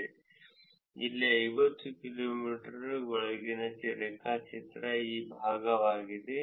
Foursquare Google plus ಮತ್ತು Twitter ಅದನ್ನು ಚಿತ್ರ 4 ತಪ್ಪಾದ ತೀರ್ಮಾನಗಳಿಗೆ ಮಾತ್ರ ಅನುರೂಪವಾಗಿದೆ ಮತ್ತು ಒಳಗಿನ ರೇಖಾಚಿತ್ರವನ್ನು ಮೂಲತಃ ಹೊರಗಿನ ರೇಖಾಚಿತ್ರ ಜೂಮ್ ಮಾಡಲಾಗಿದೆ